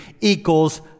equals